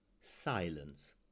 silence